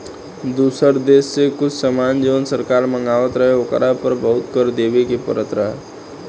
दुसर देश से कुछ सामान जवन सरकार मँगवात रहे ओकरा पर बहुते कर देबे के परत रहे